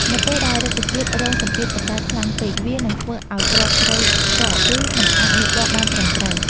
នៅពេលដែលរុក្ខជាតិរងសម្ពាធកម្ដៅខ្លាំងពេក វានឹងធ្វើឱ្យគ្រាប់ស្រូវស្កក ឬមិនអាចលូតលាស់បានត្រឹមត្រូវ។